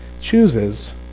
chooses